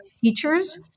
teachers